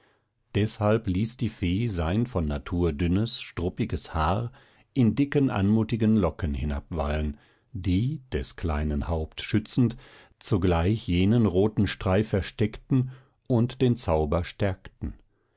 deshalb ließ die fee sein von natur dünnes struppiges haar in dicken anmutigen locken hinabwallen die des kleinen haupt schützend zugleich jenen roten streif versteckten und den zauber stärkten